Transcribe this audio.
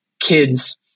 kids